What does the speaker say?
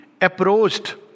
approached